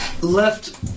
left